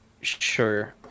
Sure